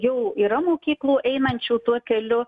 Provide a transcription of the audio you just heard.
jau yra mokyklų einančių tuo keliu